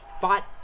Fought